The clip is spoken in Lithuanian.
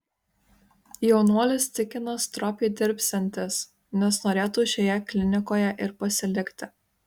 jaunuolis tikina stropiai dirbsiantis nes norėtų šioje klinikoje ir pasilikti